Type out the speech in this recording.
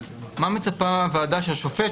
מה מצפה הוועדה שהשופט,